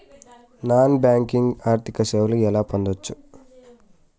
Non banking ఆర్థిక సేవలు ఎలా పొందొచ్చు?